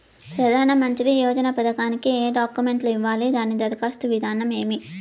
ప్రధానమంత్రి యోజన పథకానికి ఏ డాక్యుమెంట్లు ఇవ్వాలి దాని దరఖాస్తు విధానం ఏమి